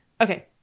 Okay